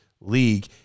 league